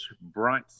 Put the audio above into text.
bright